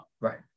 Right